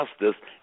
justice